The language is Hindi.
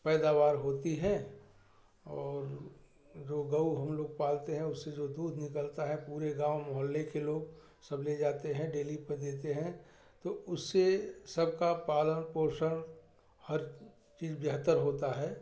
पैदावार होती है और जो गऊ हम लोग पालते हैं उससे जो दूध निकलता है पूरे गाँव मोहल्ले के लोग सब ले जाते हैं डेली पर देते हैं तो उससे सबका पालन पोषण हर चीज़ बेहतर होता है